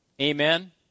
Amen